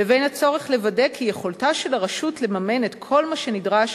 לבין הצורך לוודא כי יכולתה של הרשות לממן את כל מה שנדרש,